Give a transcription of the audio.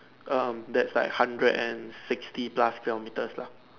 um that's like hundred and sixty plus kilometres long